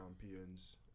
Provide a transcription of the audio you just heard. champions